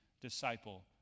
disciple